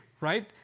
right